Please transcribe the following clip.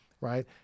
right